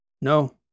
No